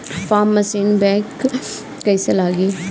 Form machine बैक कईसे लागी?